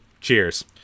cheers